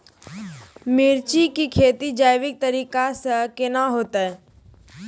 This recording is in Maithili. मिर्ची की खेती जैविक तरीका से के ना होते?